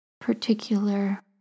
particular